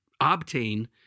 obtain